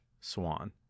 swan